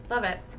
love it.